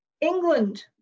England